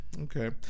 okay